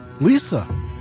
Lisa